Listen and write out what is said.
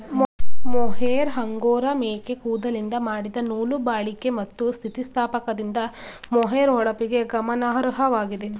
mohair angora ಮೇಕೆ ಕೂದಲಿಂದ ಮಾಡಿದ ನೂಲು ಬಾಳಿಕೆ ಮತ್ತು ಸ್ಥಿತಿಸ್ಥಾಪಕದಿಂದ ಮೊಹೇರ್ ಹೊಳಪಿಗೆ ಗಮನಾರ್ಹವಾಗಿದೆ